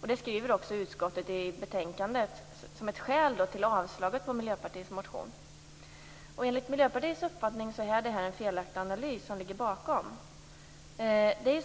Det anger också utskottet i betänkandet som ett skäl till avslaget på Miljöpartiets motion. Enligt Miljöpartiets uppfattning är det en felaktig analys som ligger bakom detta.